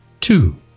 Two